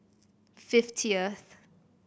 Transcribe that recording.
fiftieth